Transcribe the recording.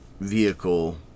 vehicle